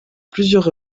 plusieurs